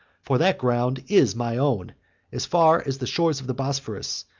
for that ground is my own as far as the shores of the bosphorus,